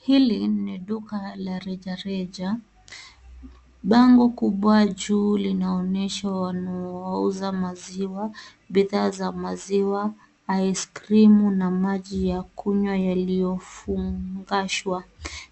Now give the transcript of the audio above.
Hili ni duka la rejareja ,bango kubwa juu linaonyesho wanauza maziwa ,bidhaa za maziwa , aisikirimu na maji ya kunywa yaliyofumukashwa ,